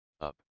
up